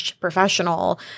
Professional